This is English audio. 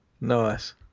Nice